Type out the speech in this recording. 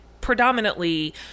predominantly